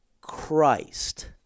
Christ